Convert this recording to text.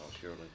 surely